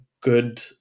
good